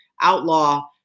outlaw